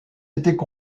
étaient